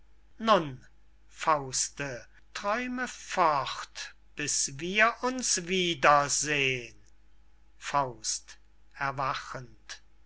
fauste träume fort bis wir uns wiedersehn faust erwachend